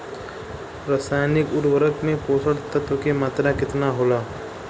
रसायनिक उर्वरक मे पोषक तत्व के मात्रा केतना होला?